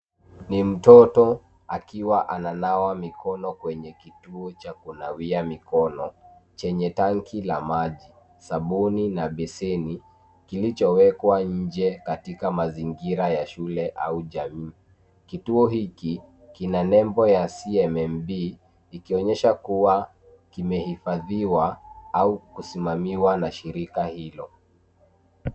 Ni mtoto akiwa ananawa mikono kwenye kituo cha kunawia mikono chenye tanki la maji, sabuni na beseni kilichowekwa nje katika mazingira ya shule au jamii. Kituo hiki kina nembo ya CMMB ikionyesha kuwa kimehifadhiwa au kusimamiwa na shirika hilo.